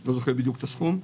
לא זוכר בדיוק את הסכום.